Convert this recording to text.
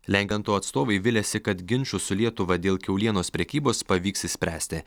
lengento atstovai viliasi kad ginčus su lietuva dėl kiaulienos prekybos pavyks išspręsti